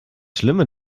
schlimme